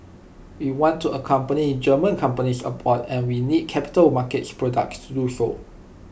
we want to accompany German companies abroad and we need capital markets products to do so